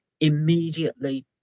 immediately